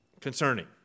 concerning